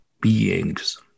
beings